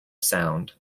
sound